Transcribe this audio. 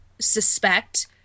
suspect